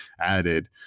added